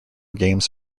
games